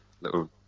little